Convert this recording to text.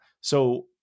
So-